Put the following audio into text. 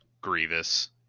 Grievous